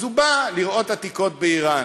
אז הוא בא לראות עתיקות באיראן.